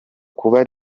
kuba